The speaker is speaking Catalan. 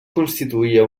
constituïa